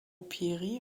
peri